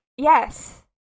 Yes